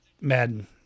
Madden